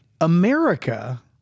America